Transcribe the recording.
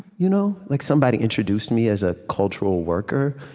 you know like somebody introduced me as a cultural worker,